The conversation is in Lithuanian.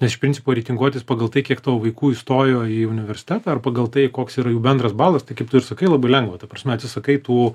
nes iš principo reitinguotis pagal tai kiek tavo vaikų įstojo į universitetą ar pagal tai koks yra jų bendras balas tai kaip tu ir sakai labai lengva ta prasme atsisakai tų